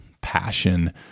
passion